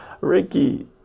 Ricky